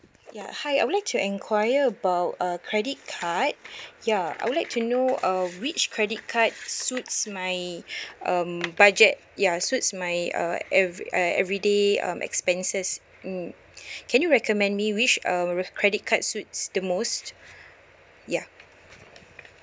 ya hi I would like to enquire about uh credit card ya I would like to know uh which credit card suits my um budget ya suits my uh every uh everyday um expenses mm can you recommend me which err credit card suits the most ya